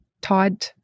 Todd